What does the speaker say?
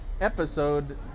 episode